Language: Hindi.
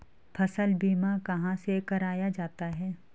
फसल बीमा कहाँ से कराया जाता है?